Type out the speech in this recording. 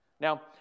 Now